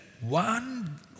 one